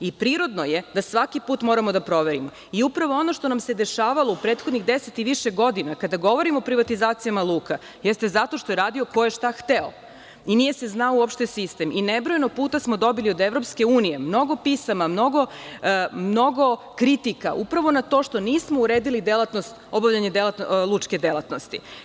I prirodno je da svaki put moramo da proverimo, i upravo ono što nam se dešavalo u prethodnih 10 i više godina, kada govorimo o privatizacijama luka, jeste zato što je radio ko je šta hteo i nije se znao uopšte sistem i nebrojeno puta smo dobili od EU mnogo pisama, mnogo kritika, upravo na to što nismo uredili obavljanje lučke delatnosti.